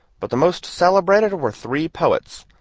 but the most celebrated were three poets,